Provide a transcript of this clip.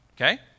Okay